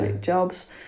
jobs